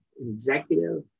executive